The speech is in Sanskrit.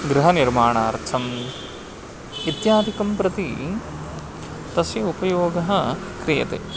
गृहनिर्माणार्थम् इत्यादिकं प्रति तस्य उपयोगः क्रियते